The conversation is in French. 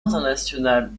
international